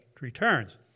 returns